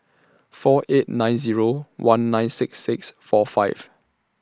four eight nine Zero one nine six six four five